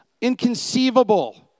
inconceivable